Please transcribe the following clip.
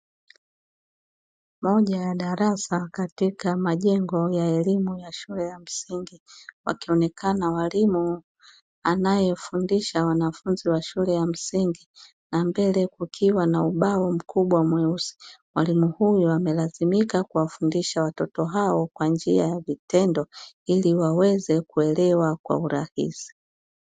Moja ya darasa katika majengo ya elimu ya shule ya msingi akionekana mwalimu anae fundisha wanafunzi wa shule ya msingi, na mbele kukiwa na ubao mkubwa mweusi, mwalimu huyu amelazimika kuwafundisha watoto hao kwa njia ya vitendo ili waweze kuelewa kwa urahisi.